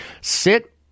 Sit